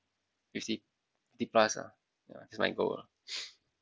fifty fifty plus lah ya is my goal lah